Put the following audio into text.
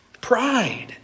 Pride